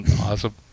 Awesome